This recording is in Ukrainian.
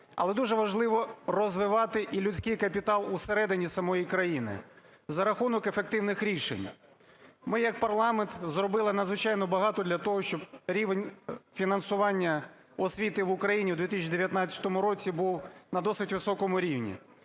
Але дуже важливо розвивати і людський капітал усередині самої країни за рахунок ефективних рішень. Ми як парламент зробили надзвичайно багато для того, щоб рівень фінансування освіти в Україні в 2019 році був на досить високому рівні.